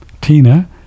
Tina